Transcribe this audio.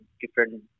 different